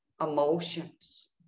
emotions